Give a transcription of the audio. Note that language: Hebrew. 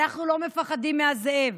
אנחנו לא מפחדים מהזאב,